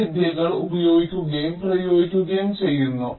ഈ വിദ്യകൾ ഉപയോഗിക്കുകയും പ്രയോഗിക്കുകയും ചെയ്യുന്നു